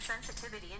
sensitivity